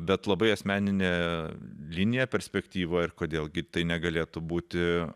bet labai asmenine linija perspektyvoj ir kodėl gi tai negalėtų būti